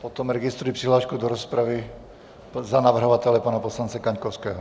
Potom registruji přihlášku do rozpravy za navrhovatele, pana poslance Kaňkovského.